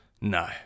No